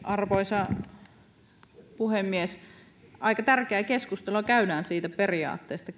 arvoisa puhemies aika tärkeää keskustelua käydään kyllä siitä periaatteesta